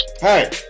Hey